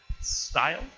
style